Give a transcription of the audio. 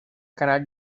canal